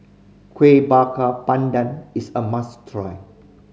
Kuih Bakar Pandan is a must try